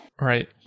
right